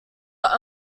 are